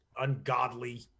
ungodly